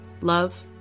love